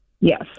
yes